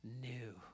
new